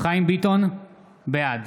חיים ביטון, בעד